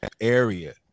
area